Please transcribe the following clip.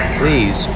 please